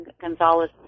Gonzalez